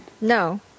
No